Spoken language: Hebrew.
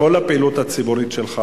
כל הפעילות הציבורית שלך,